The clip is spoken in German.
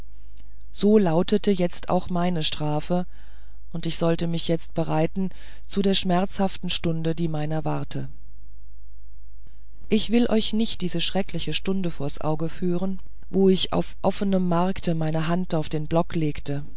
so laute jetzt auch meine strafe und ich solle mich jetzt bereiten zu der schmerzhaften stunde die meiner warte ich will euch nicht diese schreckliche stunde vors auge führen wo ich auf offenem markte meine hand auf den block legte